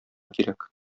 кирәк